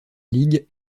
ligue